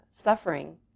suffering